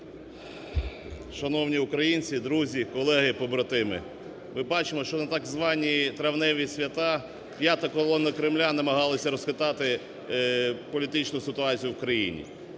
Шановні українці, друзі, колеги-побратими! Ви бачили, що на так звані травневі свята "п'ята колона Кремля" намагалася розхитати політичну ситуацію в країні.